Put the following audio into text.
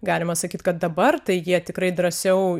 galima sakyt kad dabar tai jie tikrai drąsiau